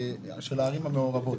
לערים המעורבות.